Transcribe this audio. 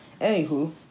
Anywho